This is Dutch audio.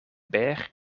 berg